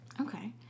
Okay